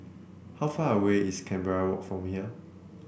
how far away is Canberra Walk from here